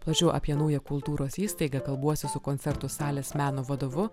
plačiau apie naują kultūros įstaigą kalbuosi su koncertų salės meno vadovu